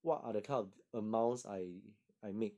what other kind of amounts I I make